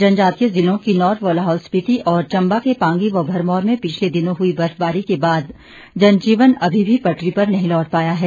जनजातीय जिलों किन्नौर व लाहौल स्पिति और चम्बा के पांगी व भरमौर में पिछले दिनों हुई बर्फबारी के बाद जनजीवन अभी भी पटरी पर नहीं लौट पाया है